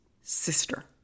sister